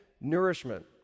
nourishment